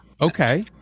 Okay